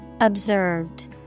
Observed